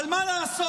אבל מה לעשות,